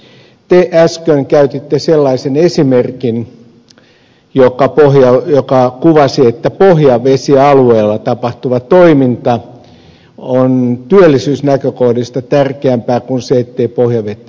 te äsken käytitte sellaisen esimerkin joka kuvasi että pohjavesialueella tapahtuva toiminta on työllisyysnäkökohdista tärkeämpää kuin se ettei pohjavettä pilattaisi